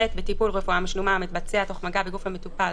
(ב)בטיפול רפואה משלימה המתבצע תוך מגע בגוף המטופל